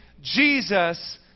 Jesus